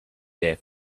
there